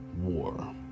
war